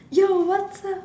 yo what's up